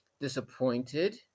disappointed